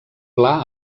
pla